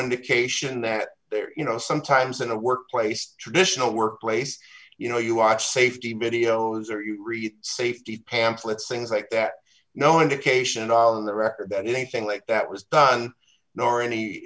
indication that they're you know sometimes in a workplace traditional workplace you know you watch safety videos or you read safety pamphlets things like that no indication on the record that anything like that was done nor any